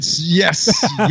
Yes